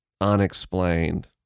unexplained